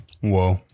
Whoa